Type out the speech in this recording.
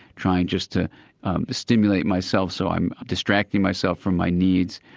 trying just to stimulate myself so i'm distracting myself from my needs.